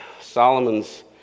Solomon's